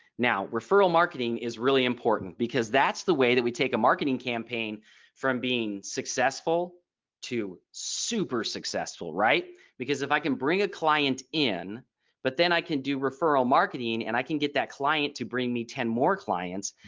now referral marketing is really important because that's the way that we take a marketing campaign from being successful to super successful right because if i can bring a client in but then i can do referral marketing and i can get that client to bring me ten more clients.